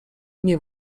nie